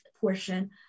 portion